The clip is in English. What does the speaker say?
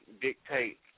dictate